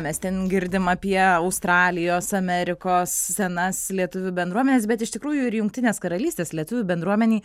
mes ten girdim apie australijos amerikos senas lietuvių bendruomenes bet iš tikrųjų ir jungtinės karalystės lietuvių bendruomenei